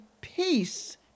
peace